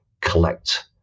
collect